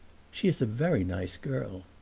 she is a very nice girl.